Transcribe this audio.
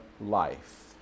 life